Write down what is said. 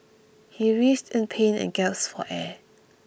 he writhed in pain and gasped for air